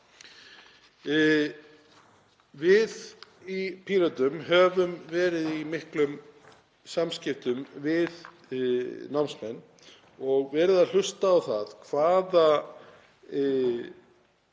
Við í Pírötum höfum verið í miklum samskiptum við námsmenn og verið að hlusta á það hvaða